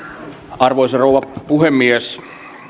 arvoisa rouva puhemies